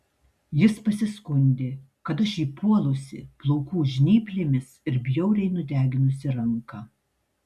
jis pasiskundė kad aš jį puolusi plaukų žnyplėmis ir bjauriai nudeginusi ranką